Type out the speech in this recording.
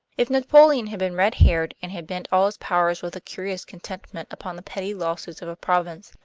if napoleon had been red-haired, and had bent all his powers with a curious contentment upon the petty lawsuits of a province,